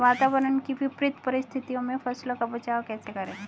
वातावरण की विपरीत परिस्थितियों में फसलों का बचाव कैसे करें?